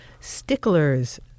sticklers